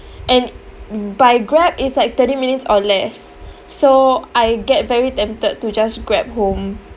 and by Grab it's like thirty minutes or less so I get very tempted to just Grab home